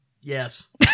Yes